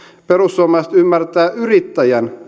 perussuomalaiset ymmärtävät yrittäjän